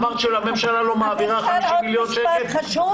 אמרת שהממשלה לא מעבירה 50 מיליון שקלים.